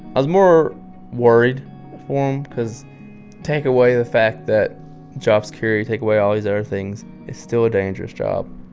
i was more worried for him because take away the fact that job security, take away all these other things. it's still a dangerous job.